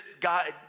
God